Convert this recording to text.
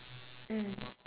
mm